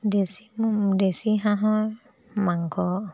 দেশী দেশী হাঁহৰ মাংস